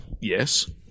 Yes